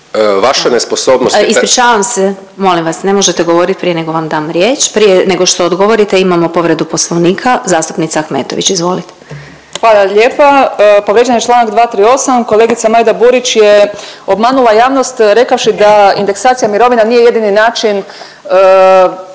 Vaša nesposobnost je…/… Ispričavam se, molim vas ne možete govorit prije nego vam dam riječ. Prije nego što odgovorite imamo povredu Poslovnika, zastupnica Ahmetović. Izvolite. **Ahmetović, Mirela (SDP)** Hvala lijepa. Povrijeđen je Članak 238. kolegica Majda Burić je obmanula javnost rekavši da indeksacija mirovina nije jedini način